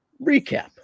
recap